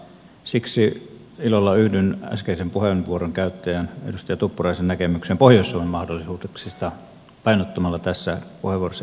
siksi ilolla yhdyn äskeisen puheenvuoron käyttäjän edustaja tuppuraisen näkemykseen pohjois suomen mahdollisuuksista painottamatta tässä puheenvuorossa erikseen enää niitä